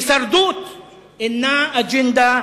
הישרדות אינה אג'נדה,